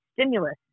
stimulus